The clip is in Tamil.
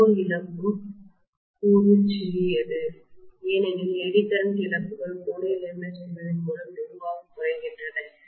கோர் இழப்பு கூறு சிறியது ஏனெனில் எடி கரண்ட்இழப்புகள் கோர் ஐ லேமினேட் செய்வதன் மூலம் வெகுவாகக் குறைக்கின்றன